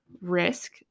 risk